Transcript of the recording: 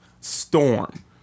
Storm